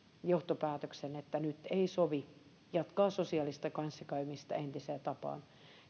johtopäätöksen että nyt ei sovi jatkaa sosiaalista kanssakäymistä entiseen tapaan